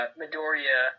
midoriya